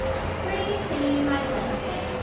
spring is singing in my blood today,